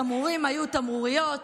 תמרורים היו תמרוריות.